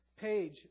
page